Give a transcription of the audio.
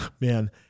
man